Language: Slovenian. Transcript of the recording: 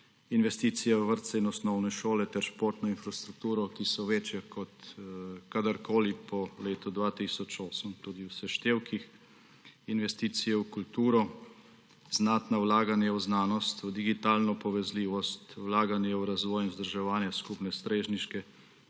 investicije v vrtce in osnovne šole ter športno infrastrukturo, ki so večje kot kadarkoli po letu 2008 tudi v seštevkih, investicije v kulturo, znatna vlaganja v znanost, v digitalno povezljivost, vlaganje v razvoj in vzdrževanje skupne strežniške